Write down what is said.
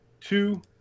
two